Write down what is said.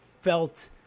felt